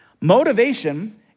Motivation